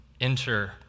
Enter